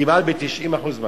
כמעט ב-90% מהמקרים.